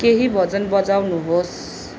केही भजन बजाउनुहोस्